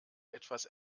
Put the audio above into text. etwas